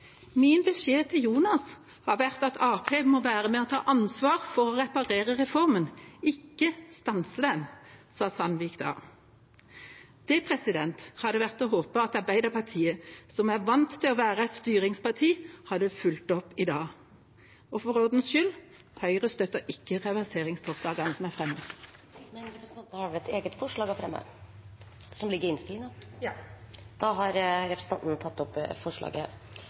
beskjed til Jonas har vært at Ap må være med og ta ansvar for å reparere reformen, ikke stanse den.» Det hadde det vært å håpe at Arbeiderpartiet, som er vant til å være et styringsparti, hadde fulgt opp i dag. For ordens skyld: Høyre støtter ikke reverseringsforslagene som er fremmet. Jeg tar opp forslagene fra Høyre, Fremskrittspartiet og Kristelig Folkeparti. Representanten Norunn Tveiten Benestad har tatt opp